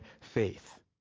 faith